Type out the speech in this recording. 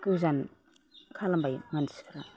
गोजान खालामबाय मानसिफोरा